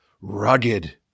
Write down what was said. rugged